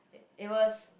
it was